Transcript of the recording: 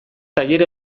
tailer